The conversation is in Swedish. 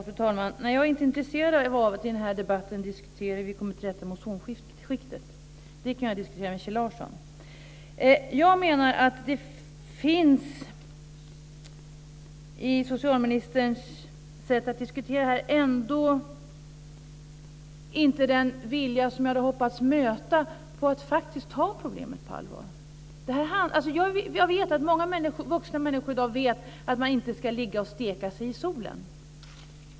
Fru talman! Jag är inte intresserad av att i den här debatten diskutera hur vi kommer till rätta med ozonskiktet. Det kan jag diskutera med Kjell Larsson. Jag menar att det i socialministerns sätt att diskutera inte finns den vilja att faktiskt ta problemet på allvar som jag hade hoppas möta. Jag vet att många vuxna människor i dag vet att man inte ska ligga och steka sig i solen.